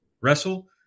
wrestle